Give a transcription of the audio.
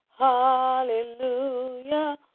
hallelujah